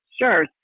Sure